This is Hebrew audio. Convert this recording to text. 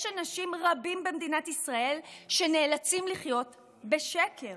אנשים רבים במדינת ישראל שנאלצים לחיות בשקר